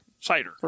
Cider